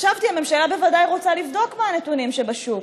חשבתי שהממשלה בוודאי רוצה לבדוק מה הנתונים שבשוק,